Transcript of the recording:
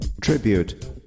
Tribute